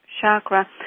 chakra